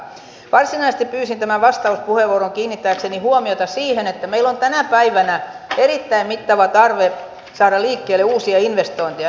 varsinaisesti pyysin tämän vastauspuheenvuoron kiinnittääkseni huomiota siihen että meillä on tänä päivänä erittäin mittava tarve saada liikkeelle uusia investointeja